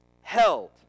held